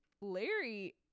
Larry